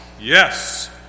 yes